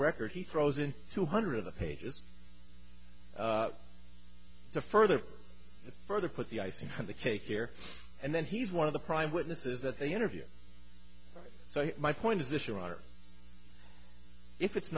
record he throws in two hundred of the pages to further further put the icing on the cake here and then he's one of the prime witnesses that they interview so i my point is this your honor if it's